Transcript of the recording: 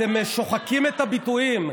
אתם שוחקים את הביטויים.